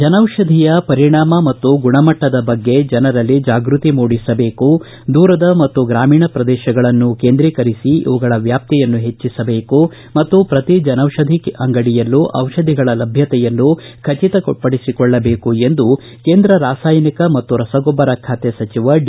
ಜನೌಷಧಿಯ ಪರಿಣಾಮ ಮತ್ತು ಗುಣಮಟ್ಟದ ಬಗ್ಗೆ ಜನರಲ್ಲಿ ಜಾಗೃತಿ ಮೂಡಿಸಬೇಕು ದೂರದ ಮತ್ತು ಗ್ರಾಮೀಣ ಪ್ರದೇಶಗಳನ್ನು ಕೇಂದ್ರೀಕರಿಸಿ ಇವುಗಳ ವ್ಯಾಪ್ತಿಯನ್ನು ಹೆಚ್ಚಸಬೇಕು ಮತ್ತು ಶ್ರತಿ ಜನೌಷಧಿ ಅಂಗಡಿಯಲ್ಲೂ ಬಿಷಧಿಗಳ ಲಭ್ಯತೆಯನ್ನು ಖಚತಪಡಿಸಿಕೊಳ್ಳಬೇಕು ಎಂದು ಕೇಂದ್ರ ರಾಸಾಯನಿಕ ಮತ್ತು ರಸಗೊಬ್ಬರ ಖಾತೆ ಸಚಿವ ಡಿ